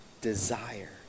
desire